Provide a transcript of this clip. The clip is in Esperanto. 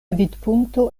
vidpunkto